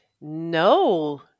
No